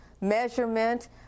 Measurement